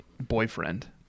boyfriend